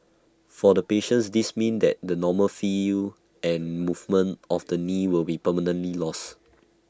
for the patient this mean that the normal feel and movement of the knee will be permanently lost